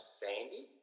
sandy